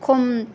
खम